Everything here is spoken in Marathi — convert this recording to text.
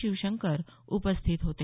शिवशंकर उपस्थित होते